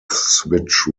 switch